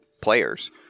players